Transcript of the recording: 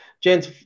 gents